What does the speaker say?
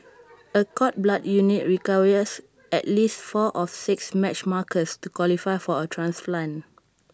A cord blood unit requires at least four of six matched markers to qualify for A transplant